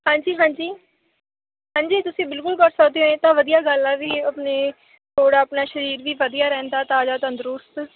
ਹਾਂਜੀ ਹਾਂਜੀ ਹਾਂਜੀ ਤੁਸੀਂ ਬਿਲਕੁਲ ਕਰ ਸਕਦੇ ਹੋ ਇਹ ਤਾਂ ਵਧੀਆ ਗੱਲ ਆ ਵੀ ਆਪਣੇ ਥੋੜ੍ਹਾ ਆਪਣਾ ਸਰੀਰ ਵੀ ਵਧੀਆ ਰਹਿੰਦਾ ਤਾਜ਼ਾ ਤੰਦਰੁਸਤ